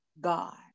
God